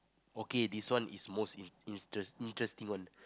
okay this one is most in~ interesting one